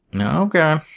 Okay